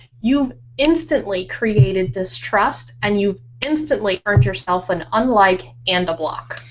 you instantly created distrust and you instantly earned yourself an unlike and a block.